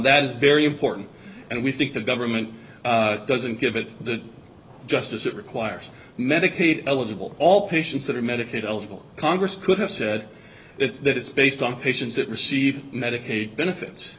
that is very important and we think the government doesn't give it the justice it requires medicaid eligible all patients that are medicaid eligible congress could have said it's that it's based on patients that receive medicaid benefits